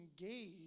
engage